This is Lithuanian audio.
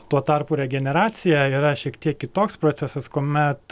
tuo tarpu regeneracija yra šiek tiek kitoks procesas kuomet